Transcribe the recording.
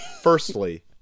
firstly